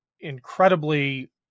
incredibly